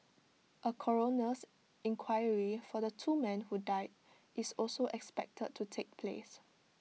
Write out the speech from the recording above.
A coroner's inquiry for the two men who died is also expected to take place